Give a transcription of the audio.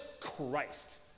Christ